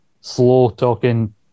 slow-talking